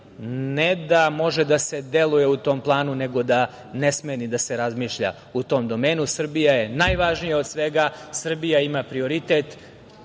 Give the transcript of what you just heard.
ne da može da se deluje u tom planu, nego da ne sme ni da se razmišlja u tom domenu. Srbija je najvažnija od svega, Srbija ima prioritet.